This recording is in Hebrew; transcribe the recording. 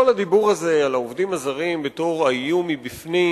כל הדיבור הזה על העובדים הזרים בתור האיום מבפנים